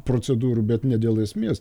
procedūrų bet ne dėl esmės